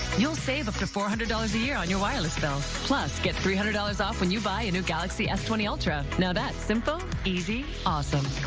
you'll save up to four hundred dollars a year on your wireless bill. plus get three hundred dollars off when you buy a new galaxy s ultra. now that's. simple. easy. awesome.